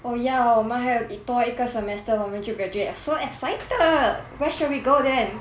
oh ya hor 我们还有一多一个 semester 我们就 graduate so excited where shall we go then